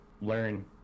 learn